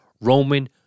Roman